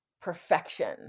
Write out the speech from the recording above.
perfection